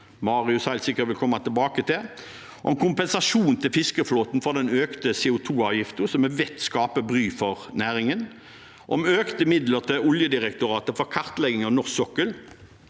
gir kompensasjon til fiskeflåten for den økte CO2-avgiften, som vi vet skaper bry for næringen, og økte midler til Oljedirektoratet for kartlegging av norsk sokkel